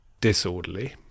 disorderly